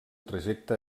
trajecte